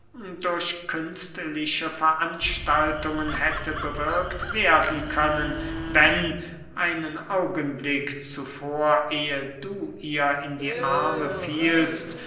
durch künstliche veranstaltungen hätte bewirkt werden können wenn einen augenblick zuvor ehe du ihr in die arme fielst